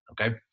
okay